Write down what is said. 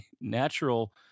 natural